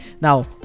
Now